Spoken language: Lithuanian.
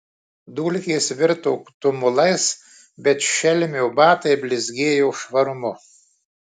dulkės virto tumulais bet šelmio batai blizgėjo švarumu